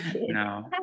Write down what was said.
No